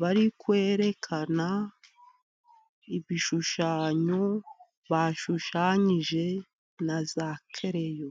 bari kwerekana ibishushanyo, bashushanyije na za kereyo.